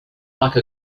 like